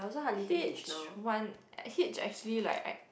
hitch one hitch actually like I